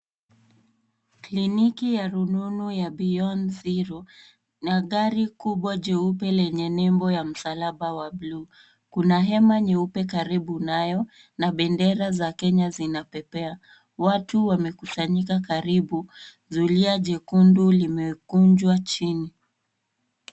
Kliniki ya rununu ya beyond zero na gari kubwa jeupe lenye nembo wa msalaba wa buluu. Kuna hema nyeupe karibu nayo na bendera za Kenya zinapepea. Watu wamekusanyika karibu. Zulia jekundu limekunjwa chini.